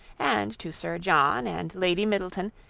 and to sir john, and lady middleton,